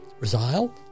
Resile